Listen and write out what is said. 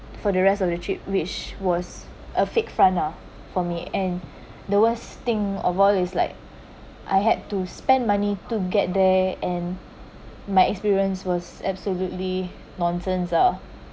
for the rest of the trip which was a fake front ah for me and the worst thing of all is like I had to spend money to get there and my experience was absolutely nonsense ah